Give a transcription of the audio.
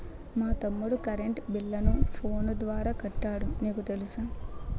మా తమ్ముడు కరెంటు బిల్లును ఫోను ద్వారా కట్టాడు నీకు తెలుసా